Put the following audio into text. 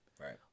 right